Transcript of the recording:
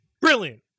Brilliant